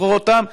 לקרוא אותם?